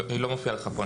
היא לא מופיעה לך פה,